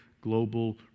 global